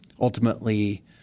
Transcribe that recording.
ultimately